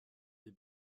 des